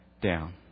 down